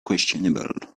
questionable